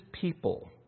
people